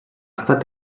estat